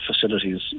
facilities